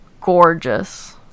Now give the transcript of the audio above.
gorgeous